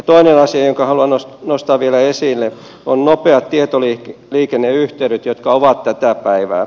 toinen asia jonka haluan nostaa vielä esille on nopeat tietoliikenneyhteydet jotka ovat tätä päivää